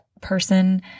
person